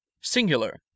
singular